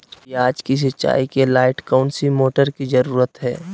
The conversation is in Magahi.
प्याज की सिंचाई के लाइट कौन सी मोटर की जरूरत है?